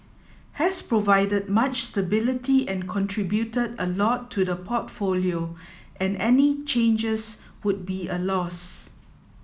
has provided much stability and contributed a lot to the portfolio and any changes would be a loss